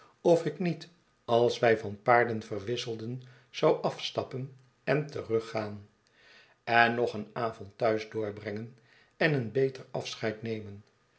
of ik niet als wij van paarden verwisselden zou afstappen en teruggaan en nog een avond thuis doorbrengen en een beter afscheid nemen